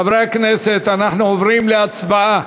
חברי הכנסת, אנחנו עוברים להצבעה,